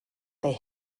they